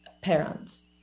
parents